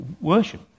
worship